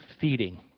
feeding